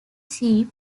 chief